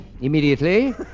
Immediately